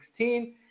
2016